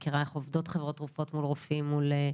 אני מכירה איך עובדות חברות תרופות מול רופאים וספקים,